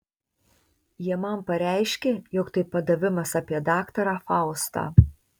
jie man pareiškė jog tai padavimas apie daktarą faustą